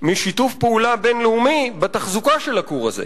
משיתוף פעולה בין-לאומי בתחזוקה של הכור הזה.